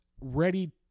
ready